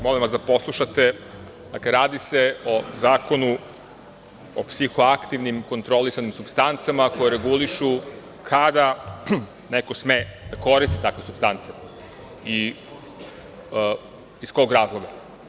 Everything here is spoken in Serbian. Molim vas da poslušate, a radi se o Zakonu o psihoaktivnim kontrolisanim supstancama koji reguliše kada neko sme da koristi takve supstance i iz kog razloga.